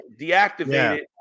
deactivated